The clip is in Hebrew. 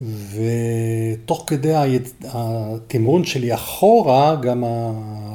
ותוך כדי התמרון שלי אחורה, גם ה...